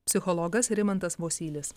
psichologas rimantas vosylis